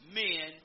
men